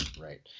Right